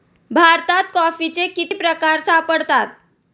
भारतात कॉफीचे किती प्रकार सापडतात?